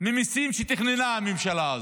ממיסים שתכננה הממשלה הזאת.